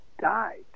died